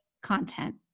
content